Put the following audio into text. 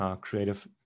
creative